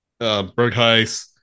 Bergheis